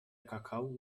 kakao